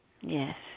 Yes